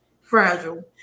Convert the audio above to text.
fragile